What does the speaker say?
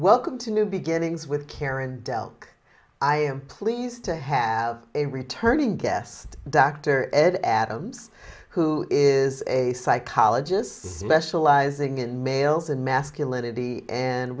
welcome to new beginnings with karen dell i am pleased to have a returning guest dr ed adams who is a psychologist specializing in males and masculinity and